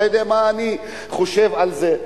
אתה יודע מה אני חושב על זה.